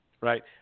Right